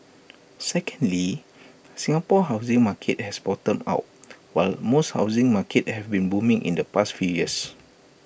secondly Singapore's housing market has bottomed out while most housing markets have been booming in the past few years